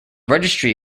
registry